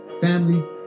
Family